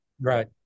Right